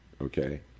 okay